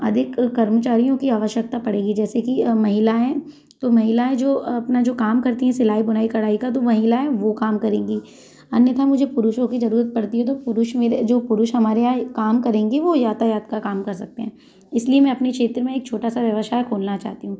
अधिक कर्मचारियों की आवश्यकता पड़ेगी जैसे कि महिला हैं तो महिलाएँ जो अपना जो काम करती है सिलाई बुनाई कढ़ाई का तो महिलाएँ वो काम करेंगी अन्यथा मुझे पुरुशों की जरूरत पड़ती है तो पुरुष मेरे जो पुरुष हमारे यहाँ काम करेंगे वो यातायात का काम कर सकते हैं इसलिए मैं अपनी क्षेत्र में एक छोटा सा व्यवसाय खोलना चाहती हूँ